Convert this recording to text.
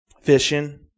fishing